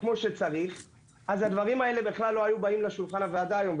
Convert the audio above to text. אז הדברים האלה בכלל לא היו באים לשולחן הוועדה היום,